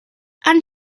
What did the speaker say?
han